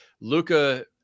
Luca